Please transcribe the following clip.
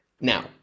Now